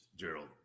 Gerald